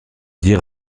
dire